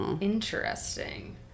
Interesting